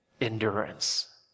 endurance